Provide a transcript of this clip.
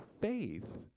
faith